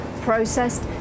processed